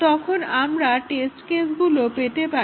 তখন আমরা টেস্ট কেসগুলো পেতে পারি